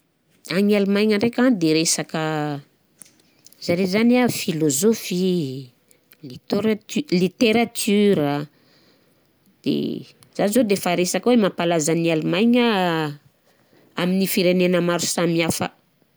Agny Allemagne ndraika resaka zare zany a philosophe i, littôratu- littérature a, de zany zô defa resaka hoe mampalaza an'ny Allemagne amin'ny firenena maro samihafa.